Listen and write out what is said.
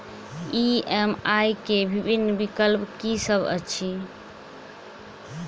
EMI केँ विभिन्न विकल्प की सब अछि